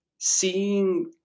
seeing